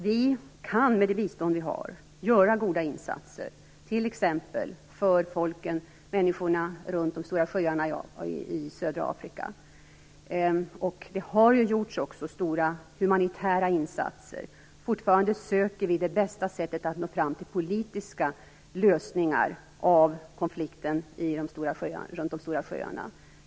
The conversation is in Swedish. Vi kan med vårt bistånd göra goda insatser, t.ex. för människorna runt de stora sjöarna i södra Afrika. Det har också gjorts stora humanitära insatser. Fortfarande söker vi det bästa sättet att nå fram till politiska lösningar av konflikten runt de stora sjöarna.